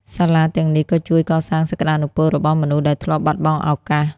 សាលាទាំងនេះក៏ជួយកសាងសក្តានុពលរបស់មនុស្សដែលធ្លាប់បាត់បង់ឱកាស។